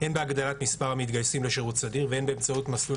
הן בהגדלת מספר המתגייסים לשירות סדיר והן באמצעות מסלול